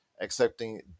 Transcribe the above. accepting